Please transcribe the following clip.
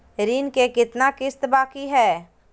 ऋण के कितना किस्त बाकी है?